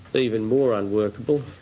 even more unworkable.